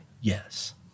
Yes